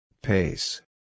Pace